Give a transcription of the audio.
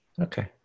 Okay